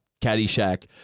Caddyshack